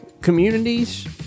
communities